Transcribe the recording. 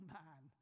man